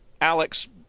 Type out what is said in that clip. Alex